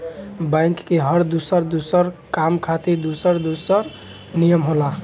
bank के हर दुसर दुसर काम खातिर दुसर दुसर नियम होला